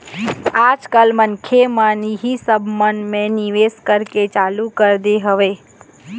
आज कल मनखे मन इही सब मन म निवेश करे के चालू कर दे हवय